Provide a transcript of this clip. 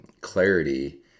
clarity